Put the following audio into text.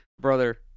Brother